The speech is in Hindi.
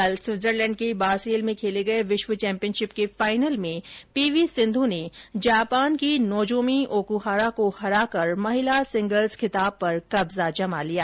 कल स्विट जरलैण्ड के बासेल में खेले गये विश्व चैम्पियनशिप के फाइनल में पी वी सिंध् ने जापान की नोजोमी ओकुहारा को हराकर महिला सिंगल्स खिताब पर कब्जा जमा लिया